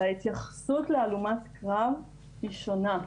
והתייחסות להלומת קרב היא שונה.